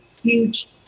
huge